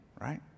right